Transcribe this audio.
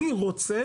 אני רוצה